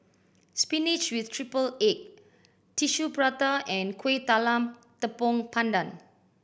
spinach with triple egg Tissue Prata and Kueh Talam Tepong Pandan